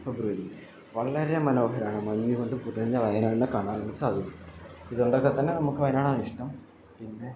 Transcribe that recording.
ഫെബ്രുവരി വളരെ മനോഹരമാണ് മഞ്ഞ് കൊണ്ട് പുതഞ്ഞ വയനാടിനേ കാണാൻ നിങ്ങൾക്ക് സാധിക്കും ഇതുകൊണ്ടൊക്കെ തന്നെ നമുക്ക് വയനാടാണ് ഇഷ്ടം പിന്നെ